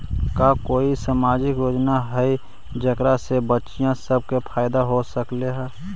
का कोई सामाजिक योजना हई जेकरा से बच्चियाँ सब के फायदा हो सक हई?